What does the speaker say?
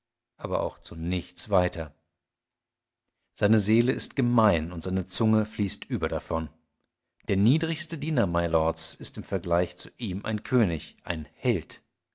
aber auch zu nichts weiter seine seele ist gemein und seine zunge fließt über davon der niedrigste diener mylords ist im vergleich zu ihm ein könig ein held